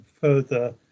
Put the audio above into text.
further